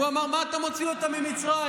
הוא אמר: מה אתה מוציא אותם ממצרים?